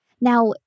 Now